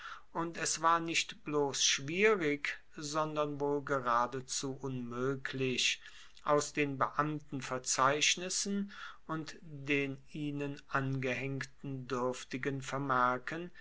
und es war nicht bloss schwierig sondern wohl geradezu unmoeglich aus den beamtenverzeichnissen und den ihnen angehaengten duerftigen vermerken